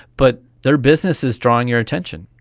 but their business is drawing your attention,